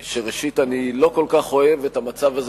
שראשית אני לא כל כך אוהב את המצב הזה